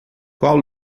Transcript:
qual